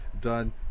done